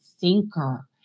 thinker